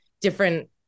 different